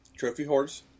TrophyHorse